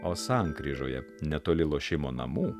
o sankryžoje netoli lošimo namų